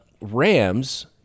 rams